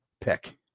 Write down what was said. pick